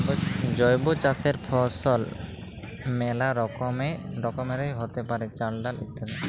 জৈব চাসের ফসল মেলা রকমেরই হ্যতে পারে, চাল, ডাল ইত্যাদি